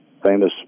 Famous